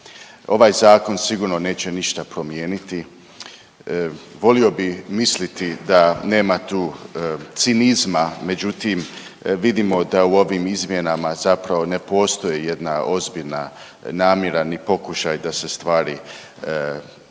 Ovaj zakon sigurno neće ništa promijeniti. Volio bi misliti da nema tu cinizma, međutim vidimo da u ovim izmjenama zapravo ne postoji jedna ozbiljna namjera ni pokušaj da se stvari na